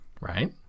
right